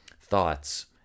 thoughts